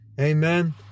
Amen